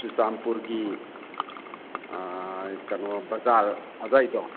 ꯆꯨꯔꯆꯥꯟꯄꯨꯔꯒꯤ ꯀꯩꯅꯣ ꯕꯖꯥꯔ ꯑꯗ꯭ꯋꯥꯏꯗꯣ